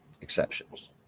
exceptions